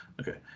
Okay